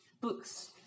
books